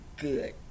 good